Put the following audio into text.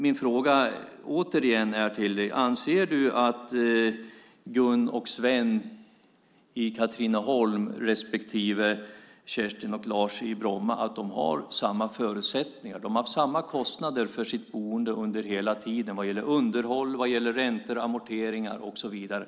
Min fråga återstår: Anser Fredrik Olovsson att Gun och Sven i Katrineholm och Kerstin och Lars i Bromma har samma förutsättningar? De har hela tiden haft samma kostnader för sitt boende vad gäller underhåll, räntor, amorteringar och så vidare.